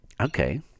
Okay